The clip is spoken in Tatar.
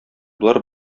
болар